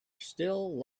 still